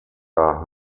are